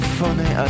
funny